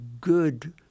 good